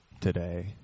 today